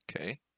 Okay